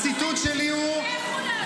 הציטוט שלי ------ לכו לעזאזל.